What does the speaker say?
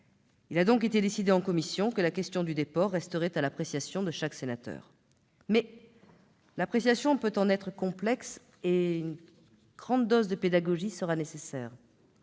Il a donc été décidé, en commission, que la question du déport resterait à l'appréciation de chaque sénateur. Cependant, cette appréciation peut être complexe, et une forte dose de pédagogie sera nécessaire.